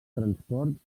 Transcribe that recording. transport